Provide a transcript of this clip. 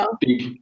big